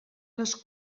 les